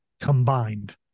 combined